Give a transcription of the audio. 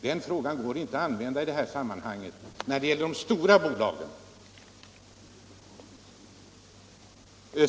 Den frågan går alltså inte att använda i det här sammanhanget när det gäller de stora bolagen.